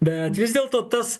bet vis dėlto tas